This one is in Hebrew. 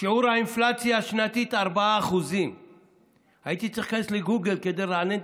שיעור האינפלציה השנתית 4%. הייתי צריך להיכנס לגוגל כדי לרענן